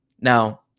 Now